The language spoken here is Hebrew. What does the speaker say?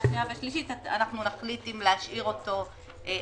קשה שביום תחילתו של חוק זה חלף המועד להגשתה לפי סעיף 6 לחוק האמור.